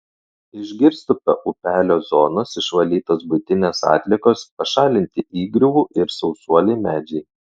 iš girstupio upelio zonos išvalytos buitinės atliekos pašalinti įgriuvų ir sausuoliai medžiai